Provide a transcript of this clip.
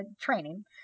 training